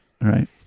Right